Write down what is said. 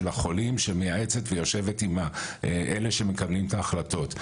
החולים שמייעצת ויושבת עם אלה שמקבלים את ההחלטות.